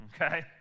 Okay